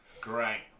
Great